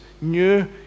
new